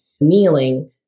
kneeling